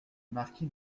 marquis